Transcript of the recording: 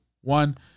one